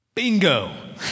Bingo